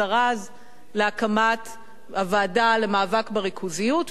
הזרז להקמת הוועדה למאבק בריכוזיות,